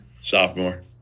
Sophomore